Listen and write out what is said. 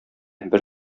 бер